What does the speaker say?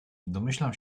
domyślam